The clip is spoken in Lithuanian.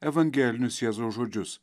evangelinius jėzaus žodžius